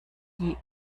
die